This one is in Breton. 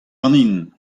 ganin